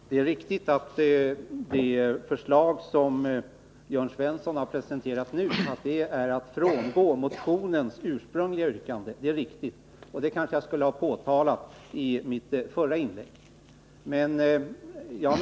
Herr talman! Det är riktigt att de förslag som Jörn Svensson har presenterat nu, innebär att man frångår motionens ursprungliga yrkande. Det kanske jag skulle ha påpekat i mitt förra inlägg.